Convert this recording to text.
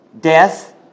death